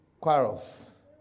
quarrels